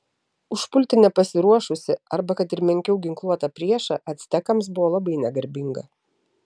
užpulti nepasiruošusį arba kad ir menkiau ginkluotą priešą actekams buvo labai negarbinga